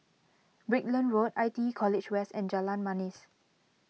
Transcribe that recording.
Brickland Road I T E College West and Jalan Manis